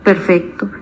Perfecto